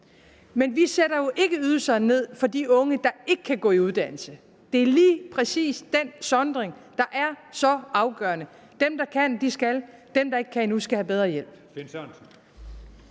Men vi sætter jo ikke ydelserne ned for de unge, der ikke kan gå i uddannelse. Det er lige præcis den sondring, der er så afgørende. Dem, der kan, skal, og dem, der ikke kan endnu, skal have bedre hjælp.